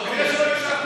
בגלל שלא הקשבת.